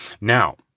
now